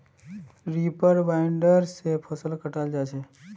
reaper binder से फसल कटाल जा छ